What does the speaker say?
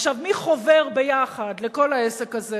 עכשיו, מי חובר יחד לכל העסק הזה?